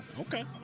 Okay